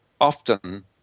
often